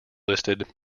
listed